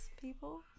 people